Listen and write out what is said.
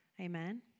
Amen